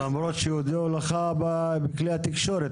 למרות שעל שלג הודיעו לך בכלי התקשורת,